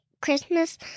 christmas